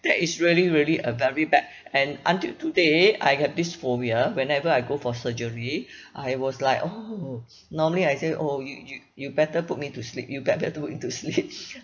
that is really really a very bad and until today I got this phobia whenever I go for surgery I was like oh normally I say oh you you you better put me to sleep you better put me to sleep